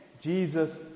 Jesus